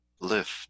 lift